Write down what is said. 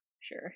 Sure